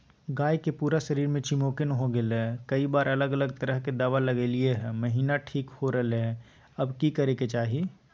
गाय के पूरा शरीर में चिमोकन हो गेलै है, कई बार अलग अलग तरह के दवा ल्गैलिए है महिना ठीक हो रहले है, अब की करे के चाही?